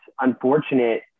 unfortunate